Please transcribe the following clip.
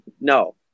no